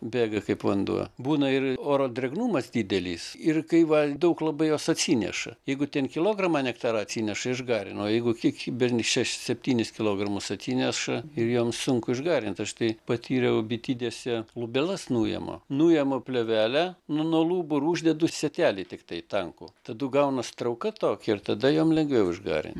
bėga kaip vanduo būna ir oro drėgnumas didelis ir kai va daug labai jos atsineša jeigu ten kilogramą nektaro atsineša išgarina o jeigu kiek kibira šešis septynis kilogramus atsineša ir joms sunku išgarint aš tai patyriau bitidėse lubelas nuimu nuimu plėvelę nuo lubų ir uždedu sietelį tiktai tankų tada gaunasi trauka tokia ir tada jom lengviau išgarint